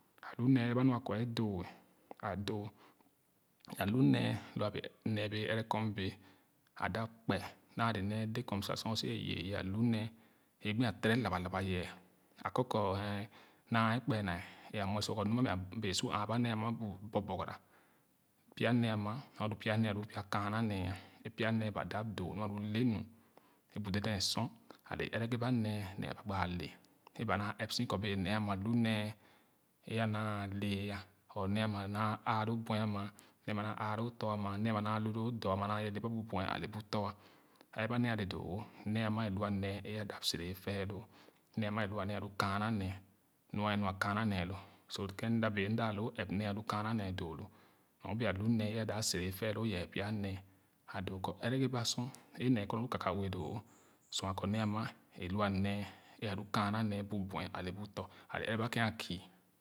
Ã lu nee ɛrɛ ba nu a kɔ e doo a doo a lu nee nɔa nee lɔɛɛ wɛɛ ɛrɛ kum bee ada kpee nace nee dee kum sa sor o sa wɛɛ yeh ahu nee dee kum sa sor o si wɛɛ yeh ahu nee egbi a tere laba labe yɛ akɔ kɔɔ anii naa ekpe naa e amuɛ sor kɔ nɔa o bɛɛ su aba nee bu borborgara pya nee ba dap doo nu alu lenu e bu deden sor ale agere ba nee a ba gbaa le e ba naa ɛp si kɔ nee a ba gbaa le é ba naa ɛp si kɔ nee ama lu nee e anaa lɛɛ ah or nee ana naa aalo tɔ ama nee ama lu lo dɔ ama naa ye le ba bubuɛ ale bu tɔ ɛrɛ ba nee ale doo wo nee ama e. lua nee e. a. dap sere ɛfɛɛloo nee ama. elua nee alu kaana nee nga nu kaana nee lo so doo ken mda bee mda. loo ɛp nee alu kaana doo lo nu bee a hu nee e a dap sere. efɛɛloo ye pya nee a doo kɔ ɛgere ba sor e nee kɔ nu alu kaka ue doo wo sua kɔ nee omaa e lua nee alu kaana nee bu buɛ ale bu tɔ ale ɛrɛ na ken a kü